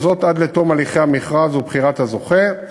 וזאת עד לתום הליכי המכרז ובחירת הזוכה.